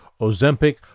Ozempic